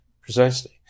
precisely